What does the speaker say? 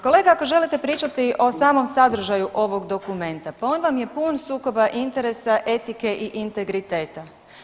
Kolega, ako želite pričati o samom sadržaju ovog dokumenta, pa on vam je pun sukoba interesa, etike i integriteta.